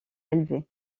élevé